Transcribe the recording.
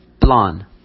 blonde